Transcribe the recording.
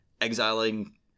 Exiling